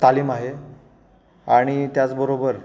तालीम आहे आणि त्याचबरोबर